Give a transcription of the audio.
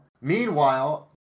Meanwhile